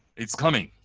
it's coming